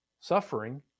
suffering